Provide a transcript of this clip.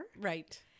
Right